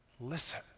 Listen